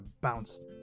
bounced